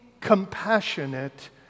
compassionate